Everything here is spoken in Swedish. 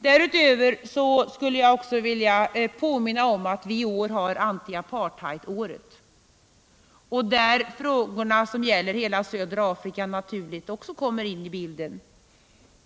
Därutöver skulle jag vilja påminna om att vi i år har antiapartheidåret, där de frågor som gäller hela södra Afrika naturligen kommer in i bilden.